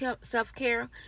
self-care